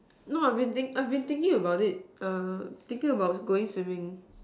no I've been thinking I've been thinking about it err thinking about going swimming